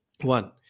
One